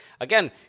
again